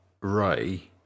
Ray